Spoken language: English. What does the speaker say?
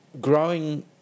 growing